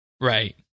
Right